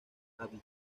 aviv